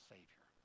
Savior